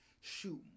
shoot